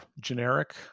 generic